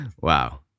wow